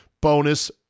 bonus